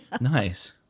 nice